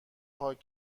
پاک